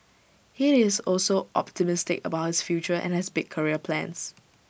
he is also optimistic about his future and has big career plans